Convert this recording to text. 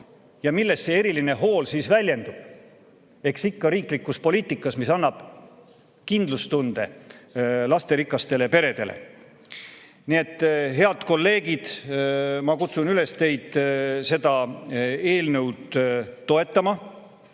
Ja milles see eriline hool väljendub? Eks ikka riiklikus poliitikas, mis annab kindlustunde lasterikastele peredele. Nii et, head kolleegid, ma kutsun üles teid seda eelnõu toetama.